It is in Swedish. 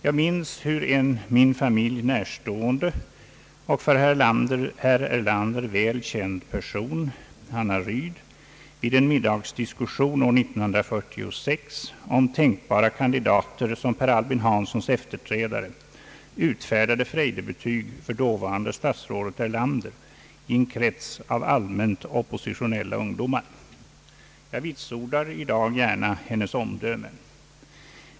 Jag minns hur en min familj närstående och för herr Erlander väl känd person, Hanna Rydh, vid en middagsdiskussion år 1946 om tänkbara kandidater som Per Albin Hanssons efterträdare utfärdade frejdebetyg för dåvarande statsrådet Erlander i en krets av allmänt oppositionella ungdomar. Jag vitsordar i dag gärna hennes omdöme.